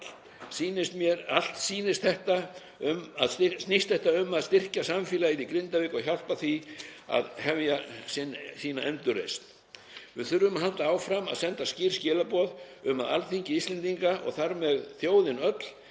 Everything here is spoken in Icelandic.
Allt snýst þetta um að styrkja samfélagið í Grindavík og hjálpa því að hefja sína endurreisn. Við þurfum að halda áfram að senda skýr skilaboð um að Alþingi Íslendinga og þar með þjóðin öll